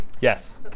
Yes